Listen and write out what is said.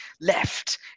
left